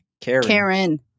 Karen